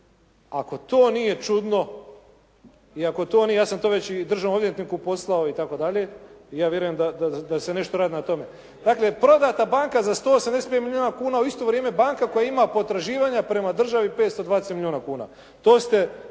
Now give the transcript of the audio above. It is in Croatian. ako to nije čudno. Ja sam to već državnom odvjetniku poslao itd. i ja vjerujem da se nešto radi na tome. Dakle, prodata banka za 185 milijuna kuna a u isto vrijeme banka koja ima potraživanja prema državi 520 milijuna kuna.